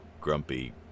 grumpy